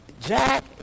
Jack